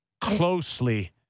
closely